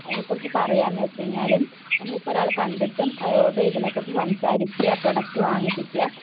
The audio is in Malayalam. അതിനെക്കുറിച്ച് പറയാമെന്നു വച്ചുകഴിഞ്ഞാൽ നമ്മളിപ്പോൾ ഒരാളെ കണ്ടിട്ട് അയാളോട് ഇതിനെക്കുറിച്ച് സംസാരിച്ച് ആ പ്രൊഡക്ട് വാങ്ങിപ്പിക്കുക